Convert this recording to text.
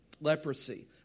Leprosy